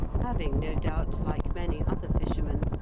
having no doubt, like many other fishermen,